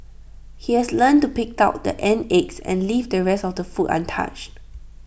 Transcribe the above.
he has learnt to pick out the ant eggs and leave the rest of the food untouched